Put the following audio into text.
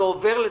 זה עובר לתשלום.